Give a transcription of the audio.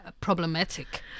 problematic